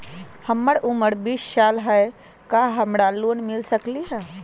हमर उमर बीस साल हाय का हमरा लोन मिल सकली ह?